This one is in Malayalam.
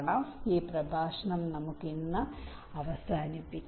അതിനാൽ ഈ പ്രഭാഷണം ഇന്ന് നമുക്ക് അവസാനിപ്പിക്കാം